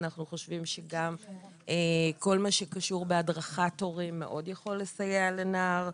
אנחנו חושבים שגם כל מה שקשור בהדרכת הורים מאוד יכול לסייע לנער.